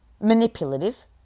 manipulative